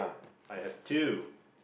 I have two